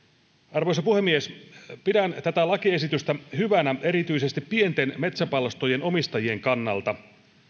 arvoisa puhemies pidän tätä lakiesitystä hyvänä erityisesti pienten metsäpalstojen omistajien kannalta